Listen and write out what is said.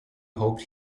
hoped